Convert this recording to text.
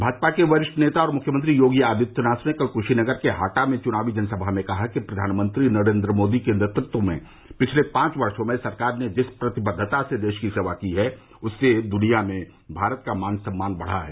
भाजपा के बरिष्ठ नेता और मुख्यमंत्री योगी आदित्यनाथ ने कल कुशीनगर के हाटा में चुनावी जनसभा में कहा कि प्रधानमंत्री नरेन्द्र मोदी के नेतृत्व में पिछले पांच वर्षो में सरकार ने जिस प्रतिबद्वता से देश की सेवा की है उससे दुनिया में भारत का मान सम्मान बढ़ा है